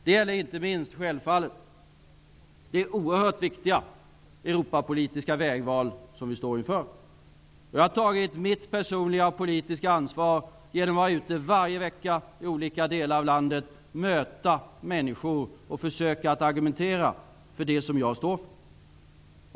Det gäller självfallet inte minst det oerhört viktiga Europapolitiska vägval som vi står inför. Jag har tagit mitt personliga politiska ansvar genom att vara ute varje vecka i olika delar av landet och möta människor och försöka att argumentera för det som jag står för.